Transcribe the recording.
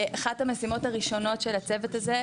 אחת המשימות הראשונות של הצוות הזה,